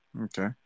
Okay